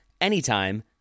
anytime